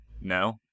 No